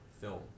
film